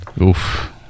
Oof